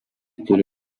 turi